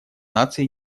наций